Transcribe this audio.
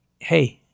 Hey